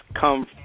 come